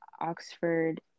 oxford